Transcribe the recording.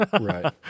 Right